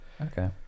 Okay